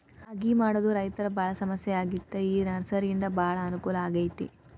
ಅಗಿ ಮಾಡುದ ರೈತರು ಬಾಳ ಸಮಸ್ಯೆ ಆಗಿತ್ತ ಈ ನರ್ಸರಿಯಿಂದ ಬಾಳ ಅನಕೂಲ ಆಗೈತಿ